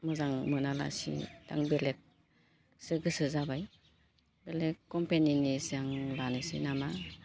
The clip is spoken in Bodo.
मोजां मोनालासे आं बेलेकसो गोसो जाबाय बेलेक कम्पेनिनिसो आं लानोसै नामा